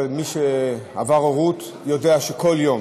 מי שעבר הורות יודע שכל יום,